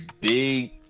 big